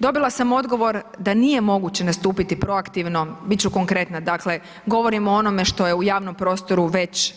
Dobila sam odgovor da nije moguće nastupiti proaktivno, bit ću konkretna dakle govorim o onome što je u javnom prostoru već